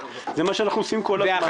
זה מה שאנחנו עושים כל הזמן.